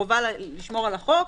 חובה לשמור על החוק,